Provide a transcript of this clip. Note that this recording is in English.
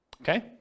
Okay